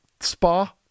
spa